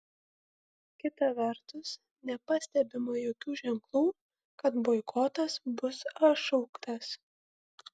kita vertus nepastebima jokių ženklų kad boikotas bus atšauktas